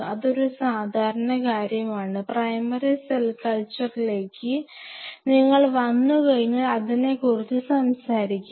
ഇത് ഒരു സാധാരണ കാര്യമാണ് പ്രൈമറി സെൽ കൾച്ചറിലേക്ക് നിങ്ങൾ വന്നുകഴിഞ്ഞാൽ അതിനെക്കുറിച്ച് സംസാരിക്കാം